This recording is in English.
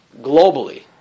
globally